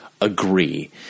agree